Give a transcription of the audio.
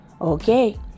Okay